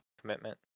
commitment